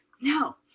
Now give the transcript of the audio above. no